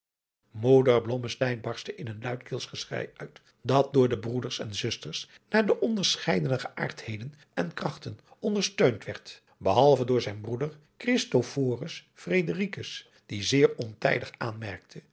barstte in een luidkeels geschrei uit dat door de broeders en zusters naar de onderscheiden geaardheden en krachten ondersteund werd behalve door zijn broeder christophorus fredericus die zeer ontijdig aanmerkte